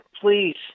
Please